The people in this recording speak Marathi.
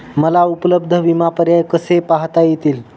मला उपलब्ध विमा पर्याय कसे पाहता येतील?